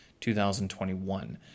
2021